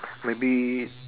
maybe